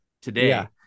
today